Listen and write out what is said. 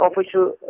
official